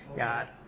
yeah